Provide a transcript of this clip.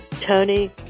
Tony